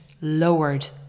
lowered